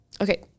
Okay